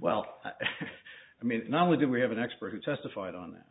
well i mean not only do we have an expert who testified on that